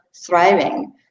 thriving